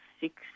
six